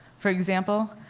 for example,